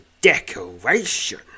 decoration